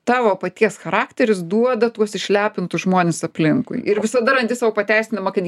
tavo paties charakteris duoda tuos išlepintus žmones aplinkui ir visada randi sau pateisinimą kad